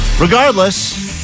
Regardless